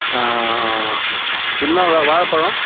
இன்னும் அந்த வாழைப்பழம்